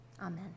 Amen